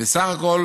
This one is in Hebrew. ובסך הכול